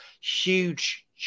huge